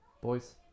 boys